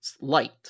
light